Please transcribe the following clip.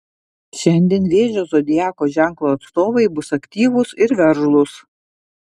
šiandien vėžio zodiako ženklo atstovai bus aktyvūs ir veržlūs